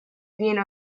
viene